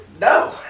No